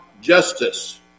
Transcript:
justice